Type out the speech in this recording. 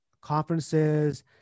conferences